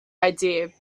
idea